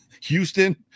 Houston